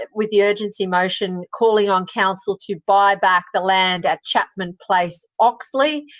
ah with the urgency motion, calling on council to buy back the land at chapman place, oxley,